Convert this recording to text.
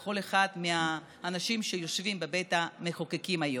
ולכל אחד מהאנשים שיושבים בבית המחוקקים היום.